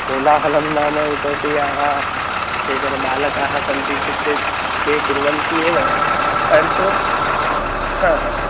कोलाहलं नाम इतोपि आहा केचन बालकाः सन्ति इति चेत् ते कुर्वन्ति एव परन्तु हा हा